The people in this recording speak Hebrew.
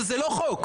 וזה לא חוק.